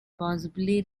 possibly